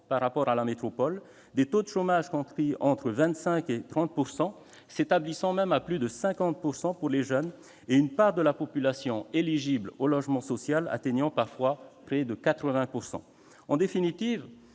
par rapport à la métropole, avec des taux de chômage compris entre 25 % et 30 %, voire plus de 50 % pour les jeunes, et une part de la population éligible au logement social atteignant parfois près de 80 %. En définitive,